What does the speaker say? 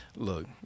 Look